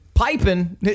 Piping